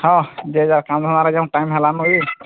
ହଁ ଯେ ଯାହାର କାମ ଧନ୍ଦାରେ ଯାଅ ଟାଇମ୍ ହେଲାନୁ ବି